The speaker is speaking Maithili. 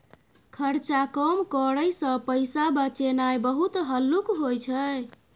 खर्चा कम करइ सँ पैसा बचेनाइ बहुत हल्लुक होइ छै